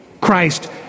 Christ